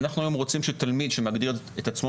אנחנו היום רוצים שתלמיד שמגדיר את עצמו